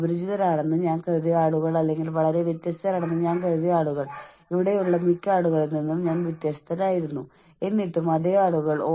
അതിനാൽ നിങ്ങളുടെ ഓർഗനൈസേഷൻ നിങ്ങളെ പരിപാലിക്കാൻ പോകുന്നുവെന്ന് നിങ്ങൾക്കറിയാമെങ്കിൽ അവർ നിങ്ങളെ ഏൽപ്പിച്ചതെന്തും ചെയ്യാൻ നിങ്ങൾക്ക് സുഖകരമായ പരിതസ്ഥിതി അവർ ഉറപ്പാക്കുമെങ്കിൽ